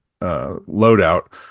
loadout